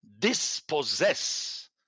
dispossess